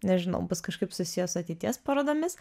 nežinau bus kažkaip susiję su ateities parodomis